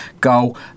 goal